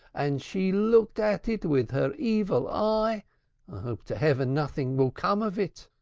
and she looked at it with her evil eye! i hope to heaven nothing will come of it.